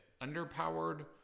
underpowered